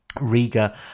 Riga